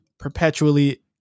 perpetually